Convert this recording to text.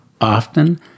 often